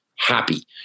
happy